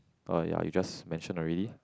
oh ya you just mention already